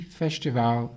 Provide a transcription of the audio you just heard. festival